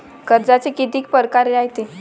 कर्जाचे कितीक परकार रायते?